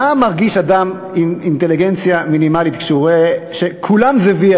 מה מרגיש אדם עם אינטליגנציה מינימלית כשהוא רואה שכולם זה VIP?